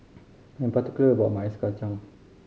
I'm particular about my ice kacang